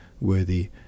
worthy